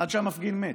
עד שהמפגין מת.